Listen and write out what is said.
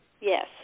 Yes